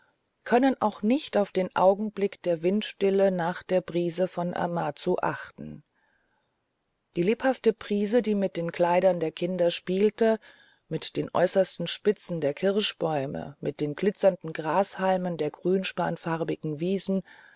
können auch nicht auf den augenblick der windstille nach der brise von amazu achten die lebhafte brise die mit den kleidern der kinder spielte mit den äußersten spitzen der kirschbäume mit den glitzernden grashalmen der grünspanfarbigen wiesen